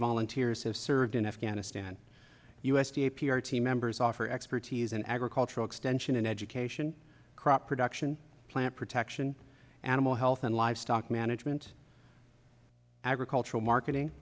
volunteers have served in afghanistan u s d a p r team members offer expertise in agricultural extension education crop production plant protection animal health and livestock management agricultural marketing